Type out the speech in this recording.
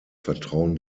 vertrauen